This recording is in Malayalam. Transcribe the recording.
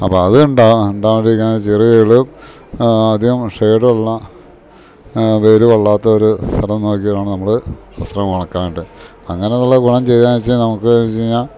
അപ്പ അത്ണ്ടാവാ ഇണ്ടാവാണ്ടിരിക്കാൻ ചെറുതുകളും അധികം ഷെയ്ഡൊള്ള വെയിലുകൊള്ളാത്തൊരു സ്ഥലം നോക്കിയാണ് നമ്മള് വസ്ത്രം ഒണക്കാനായിട്ട് അങ്ങനെയുള്ള ഗുണം ചെയ്യാന്ന് വെച്ചാ നമുക്ക് വെച്ച് കഴിഞ്ഞാ